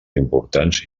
importants